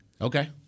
Okay